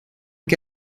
que